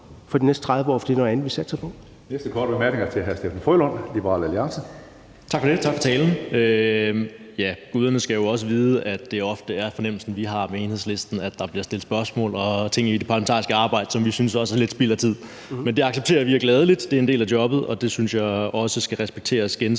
Tredje næstformand (Karsten Hønge): Den næste korte bemærkning er til hr. Steffen W. Frølund, Liberal Alliance. Kl. 12:13 Steffen W. Frølund (LA): Tak for det. Og tak for talen. Guderne skal jo også vide, at det ofte er den fornemmelse, vi har med Enhedslisten, at der bliver stillet spørgsmål og gjort ting i det parlamentariske arbejde, som vi også synes er lidt spild af tid. Men det accepterer vi gladelig. Det er en del af jobbet, og det synes jeg også skal respekteres